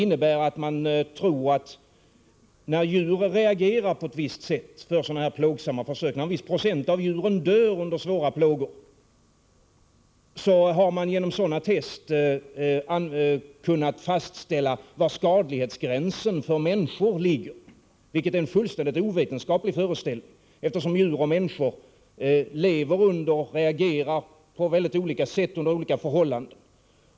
När djur reagerar på ett visst sätt för dessa plågsamma försök, när en viss procent av djuren dör under svåra plågor, tror man att det kunnat fastställas var skadlighetsgränsen för människor går. Det är en fulltständigt ovetenskaplig föreställning, eftersom djur och människor lever under olika förhållanden och reagerar på olika sätt för olika förhållanden.